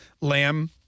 lamb